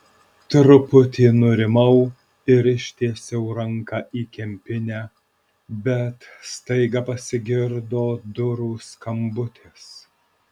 truputį nurimau ir ištiesiau ranką į kempinę bet staiga pasigirdo durų skambutis